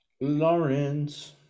Lawrence